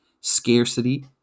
scarcity